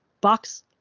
box